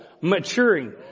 maturing